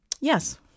Yes